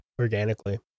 organically